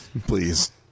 please